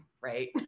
right